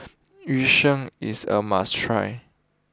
Yu Sheng is a must try